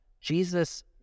Jesus